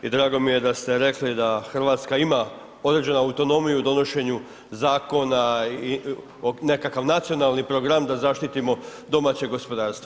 I drago mi je da ste rekli da Hrvatska ima određenu autonomiju u donošenju zakona i nekakav nacionalni program da zaštitimo domaće gospodarstvo.